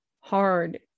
hard